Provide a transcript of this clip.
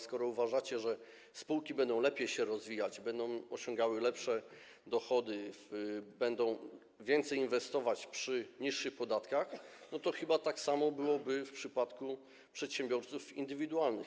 Skoro uważacie, że spółki będą lepiej się rozwijać, będą osiągały lepsze dochody, będą więcej inwestować przy niższy podatkach, to chyba tak samo byłoby w przypadku przedsiębiorców indywidualnych.